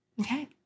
okay